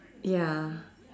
ya